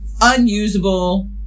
unusable